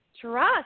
trust